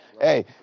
Hey